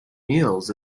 meals